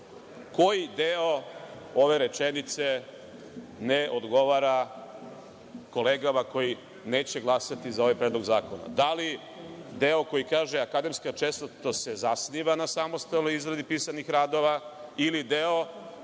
deo ove rečenice ne odgovara kolegama koji neće glasati za ovaj predlog zakona, da li deo koji kaže – akademska čestitost se zasniva na samostalnoj izradi pisanih radova, ili deo